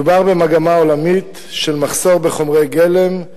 מדובר במגמה עולמית של מחסור בחומרי גלם,